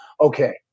okay